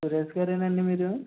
సురేష్ గారేనా అండీ మీరు